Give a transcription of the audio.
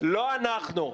לא אנחנו.